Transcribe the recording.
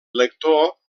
lector